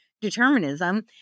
determinism